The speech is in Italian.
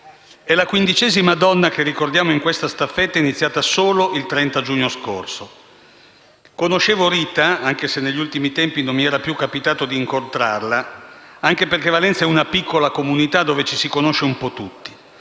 è la quindicesima donna che ricordiamo in questa staffetta, iniziata solo il 30 giugno scorso. La conoscevo, anche se negli ultimi tempi non mi era più capitato di incontrarla, anche perché Valenza è una piccola comunità dove ci si conosce un po' tutti.